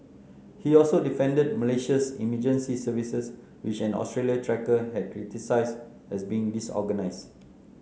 he also defended Malaysia's emergency services which an Australian trekker had criticised as being disorganised